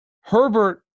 Herbert